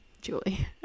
julie